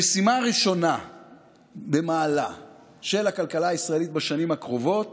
המשימה הראשונה במעלה של הכלכלה הישראלית בשנים הקרובות